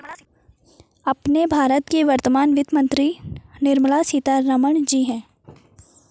अपने भारत की वर्तमान वित्त मंत्री निर्मला सीतारमण जी हैं